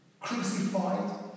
crucified